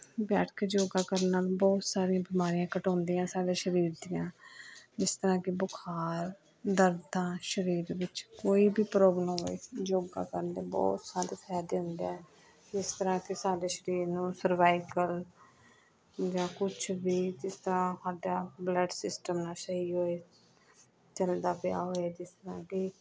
ਬੈਠ ਕੇ ਯੋਗਾ ਕਰਨ ਨਾਲ ਬਹੁਤ ਸਾਰੀਆਂ ਬਿਮਾਰੀਆਂ ਘੱਟ ਹੁੰਦੀਆਂ ਸਾਡੇ ਸਰੀਰ ਦੀਆਂ ਜਿਸ ਤਰ੍ਹਾਂ ਕਿ ਬੁਖਾਰ ਦਰਦ ਸਰੀਰ ਵਿੱਚ ਕੋਈ ਵੀ ਪ੍ਰੋਬਲਮ ਹੋਏ ਯੋਗਾ ਕਰਨ ਦੇ ਬਹੁਤ ਸਾਰੇ ਫਾਇਦੇ ਹੁੰਦੇ ਹੈ ਜਿਸ ਤਰ੍ਹਾਂ ਕਿ ਸਾਡੇ ਸਰੀਰ ਨੂੰ ਸਰਵਾਇਕਲ ਜਾਂ ਕੁਛ ਵੀ ਜਿਸ ਤਰ੍ਹਾਂ ਸਾਡਾ ਬਲੱਡ ਸਿਸਟਮ ਨਾ ਸਹੀ ਹੋਏ ਚੱਲਦਾ ਪਿਆ ਹੋਏ ਜਿਸ ਤਰ੍ਹਾਂ ਕਿ